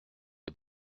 les